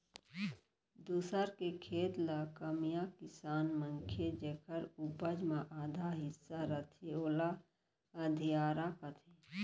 दूसर के खेत ल कमइया किसान मनखे जेकर उपज म आधा हिस्सा रथे ओला अधियारा कथें